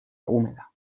húmeda